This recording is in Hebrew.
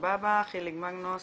חיליק מגנוס,